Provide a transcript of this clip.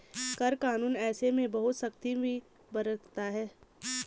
कर कानून ऐसे में बहुत सख्ती भी बरतता है